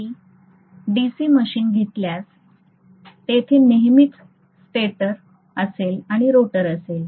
मी DC machine घेतल्यास तेथे नेहमीच स्टेटर असेल आणि रोटर असेल